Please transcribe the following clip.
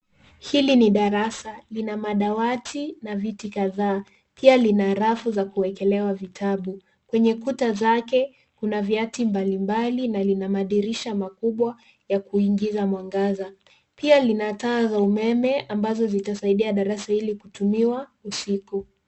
Hili ni darasa. Lina madawati na viti kadhaa. Pia lina rafu za kuwekelewa vitabu. Kwenye kuta zake kuna vyati mbalimbali na lina madirisha makubwa ya kuingiza mwangaza. Pia lina taa za umeme ambazo zitasaidia darasa hili kutumiwa usiku.